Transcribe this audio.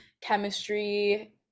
chemistry